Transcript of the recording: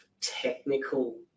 technical